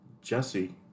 Jesse